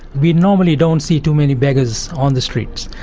we normally don't see too many beggars on the streets.